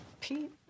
Pete